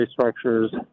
structures